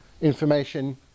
information